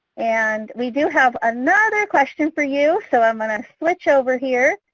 and we do have another question for you. so i'm going to switch over here